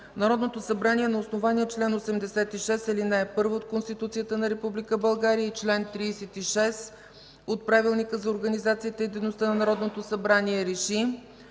Народното събрание на основание чл. 86, ал. 1 от Конституцията на Република България и чл. 36 от Правилника за организацията и дейността на Народното събрание РЕШИ: